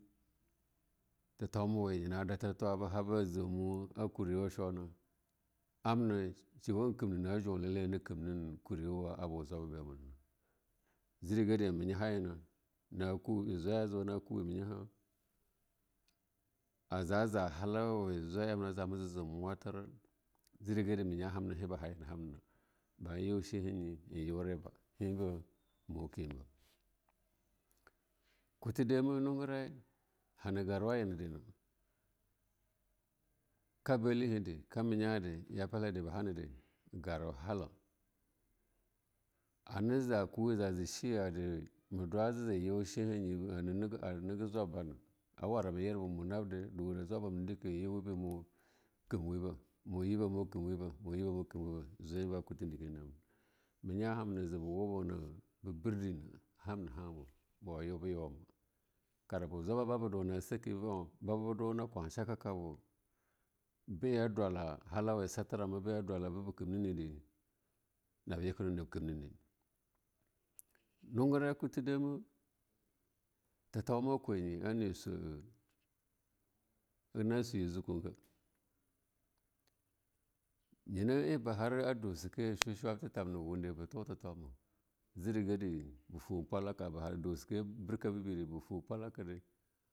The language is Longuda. Te tauma we ar yena datir twa-eh yena haba jamuwa a kuriwa chuna. Amma shewa kamnena'eh juba he hana kuriwa a buh jaeaba bewuna jirege han menyaha yema jwaya jo na keewe menyaha. Zah jo halauya we julaye yamna jin mulatir jiregare mengo'ha harunya nana, bar yoh she hanye an yoreba harmna. Mu kebah ku dama hungurai han garwa yena dena.. Kak balehedi, kak menya hedi, yapilhede ba hanedai garwa halau. Anah ja kuweda je she yade mu dwa ja yo'oh sheha nye hana nega jwabbana awarama yerbe munabde aduna jwabam na en dekah mu yiba ma kamule ba mah yibe ma kamweba zwer ba in deka na amna. Menya hambe je be wubuna babir dena ham hamu yeh a jube yuma ma kara bu jwaba ba bu duna sakeya re bebu duna kwashaka bes be dwaladala we ye a satare ma be dwala re bebi dena kemnene de nab yelenwa nab kemnene, hungirai kutu dama tutoma kwanye haga na sweye jukunga nye na eh ba har a dusukeye she chwata tamna ba wande be to tutoma jeregare be tuh pwaraka ba ha dusukeye bebire be tuh pwalakade.